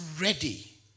ready